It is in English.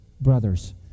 brothers